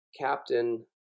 captain